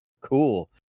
cool